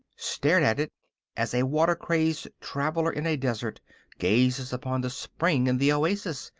stared at it as a water-crazed traveler in a desert gazes upon the spring in the oasis,